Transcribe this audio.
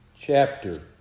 chapter